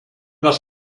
das